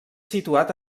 situat